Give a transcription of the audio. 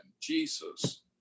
Jesus